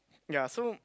ya so